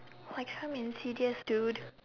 why come and see this dude